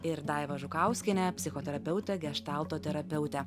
ir daivą žukauskienę psichoterapeutę geštalto terapeutę